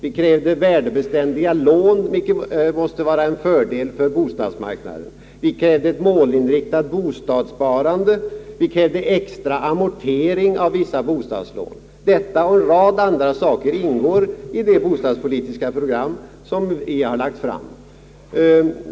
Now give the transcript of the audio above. Vi krävde värdebeständiga lån, något som måste vara en fördel på bostadsmarknaden, vi krävde ett målinriktat bostadssparande och vi krävde extra amortering av vissa bostadslån. Allt detta och en rad andra saker ingår i det bostadspolitiska program som vi har lagt fram.